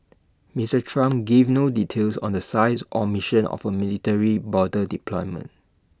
Mister Trump gave no details on the size or mission of A military border deployment